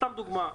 סתם דוגמה.